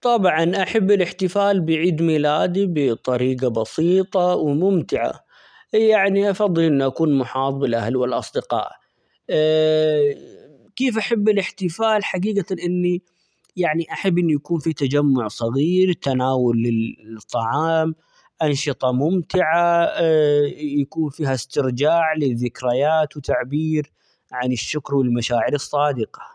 طبعًا أحب الإحتفال بعيد ميلادي بطريقة بسيطة ،وممتعة يعني أفضل إني أكون محاط بالأهل ،والأصدقاء كيف أحب الإحتفال حقيقة إني يعني أحب إنه يكون في تجمع صغير تناول -لل- الطعام أنشطة ممتعة يكون فيها استرجاع للذكريات وتعبير عن الشكر ،والمشاعر الصادقة.